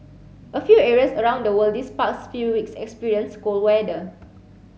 a few areas around the world this past few weeks experienced cold weather